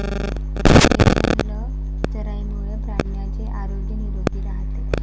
rotational चराईमुळे प्राण्यांचे आरोग्य निरोगी राहते